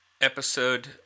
episode